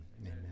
Amen